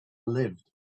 lived